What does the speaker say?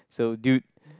so dude